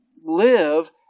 live